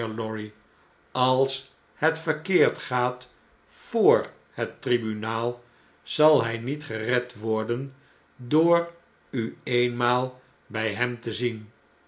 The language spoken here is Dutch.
als het verkeerd gaat voor het tribunaal zal hg'nietgered worden door u eenmaal bij hem te zien